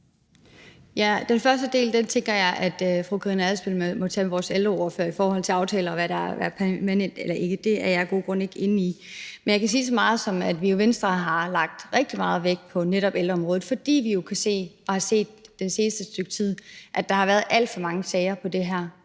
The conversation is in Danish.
Den første del tænker jeg Karina Adsbøl må tage med vores ældreordfører i forhold til aftaler, og hvad der er permanent eller ikke er. Det er jeg af gode grunde ikke inde i. Men jeg kan sige så meget, som at vi jo i Venstre har lagt rigtig meget vægt på netop ældreområdet, fordi vi jo kan se og har set det seneste stykke tid, at der har været alt for mange sager om det her,